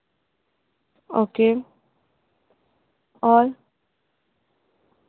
okay اور